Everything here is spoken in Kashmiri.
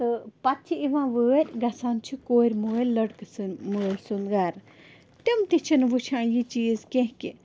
تہٕ پَتہٕ چھِ یِوان وٲرۍ گژھان چھِ کورِ مٲلۍ لَڑکہٕ سنٛدۍ مٲلۍ سُنٛد گَرٕ تِم تہِ چھِنہٕ وُچھان یہِ چیٖز کیٚنٛہہ کہِ